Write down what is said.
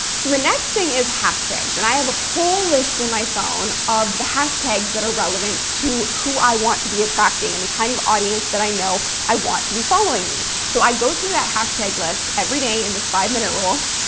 so the next thing is hashtags. and i have a whole list in my phone of the hashtags that are relevant to who i want to be attracting and the kind of audience that i know i want to be following me. so i go through that hashtag list every day in this five minute rule,